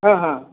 हाँ हाँ